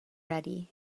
ready